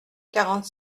quarante